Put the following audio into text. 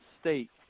state